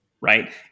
right